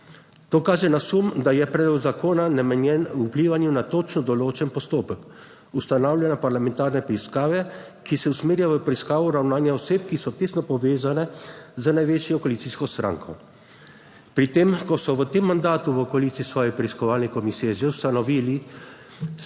(nadaljevanje) da je predlog zakona namenjen vplivanju na točno določen postopek ustanavljanja parlamentarne preiskave, ki se usmerja v preiskavo ravnanja oseb, ki so tesno povezane z največjo koalicijsko stranko. Pri tem, ko so v tem mandatu v koaliciji svoje preiskovalne komisije že ustanovili,